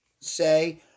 say